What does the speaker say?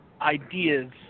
ideas